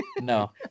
No